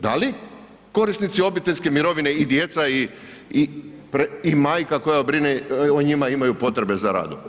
Da li korisnici obiteljskih mirovina i djeca i majka koja brine o njima imaju potrebe za radom?